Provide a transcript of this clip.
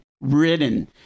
ridden